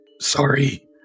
sorry